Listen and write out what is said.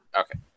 Okay